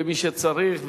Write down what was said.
למי שצריך,